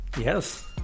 Yes